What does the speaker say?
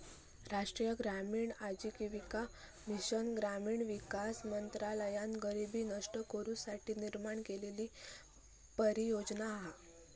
राष्ट्रीय ग्रामीण आजीविका मिशन ग्रामीण विकास मंत्रालयान गरीबी नष्ट करू साठी निर्माण केलेली परियोजना हा